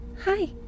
Hi